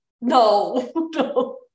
no